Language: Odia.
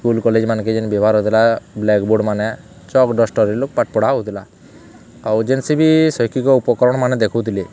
ସ୍କୁଲ୍ କଲେଜ୍ମାନ୍କେ ଯେନ୍ ବ୍ୟବହାର ହେଉଥିଲା ବ୍ଲାକ୍ବୋର୍ଡ଼ ମାନେ ଚକ୍ ଡଷ୍ଟର୍ ପାଠ୍ ପଢ଼ା ହେଉଥିଲା ଆଉ ଯେନ୍ସି ବି ଶୈକ୍ଷିକ ଉପକରଣ ମାନେ ଦେଖୁଥିଲେ